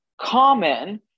common